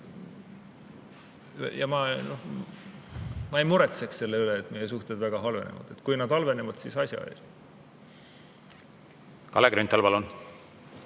Ma ei muretseks selle pärast, et meie suhted väga halvenevad. Kui need halvenevad, siis asja eest. Raske ütelda.